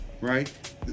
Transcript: right